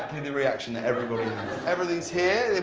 the reaction that everybody everybody is here.